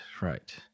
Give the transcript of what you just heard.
right